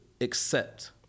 accept